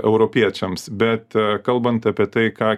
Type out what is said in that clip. europiečiams bet kalbant apie tai ką